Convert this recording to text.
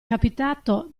capitato